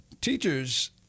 teachers